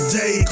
day